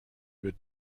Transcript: wird